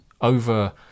over